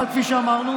אבל כפי שאמרנו,